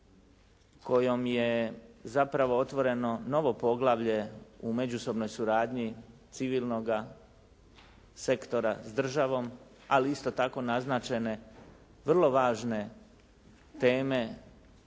kojom je zapravo otvoreno novo poglavlje u međusobnoj suradnji civilnoga sektora s državom ali isto tako naznačene vrlo važne teme